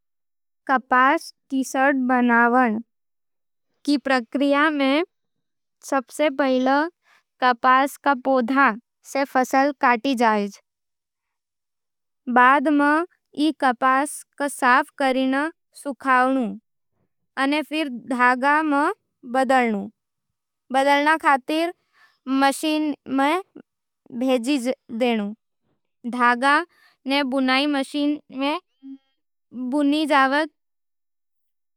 कपास टी-शर्ट बनावण री प्रक्रिया में, सबसे पहले कपास के पौधे से फसल काटी जायज़। बाद में ई कपास ने साफ करके सुखावण, अने फिर धागा में बदलण खातर मशीन में भेजा जावज़। धागा ने बुनाई मशीन में बुना जावे।